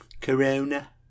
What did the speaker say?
Corona